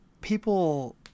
people